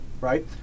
right